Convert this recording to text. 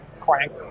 crank